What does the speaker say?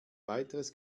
weiteres